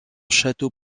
château